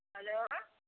hello